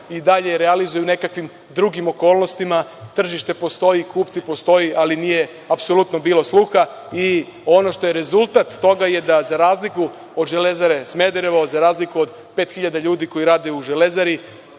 i dalje realizuje u nekakvim drugim okolnostima. Tržište postoji, kupci postoje, ali nije apsolutno bilo sluha i ono što je rezultat toga je da za razliku od „Železare“ Smederevo, za razliku od pet hiljada ljudi koji rade u „Železari“